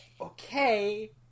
Okay